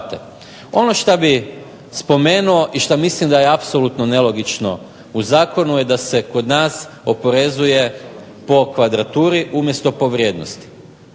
Ono što bih spomenuo i što mislim da je apsolutno nelogično u Zakonu je to da se kod nas oporezuje po kvadraturi umjesto po vrijednosti.